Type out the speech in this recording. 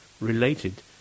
related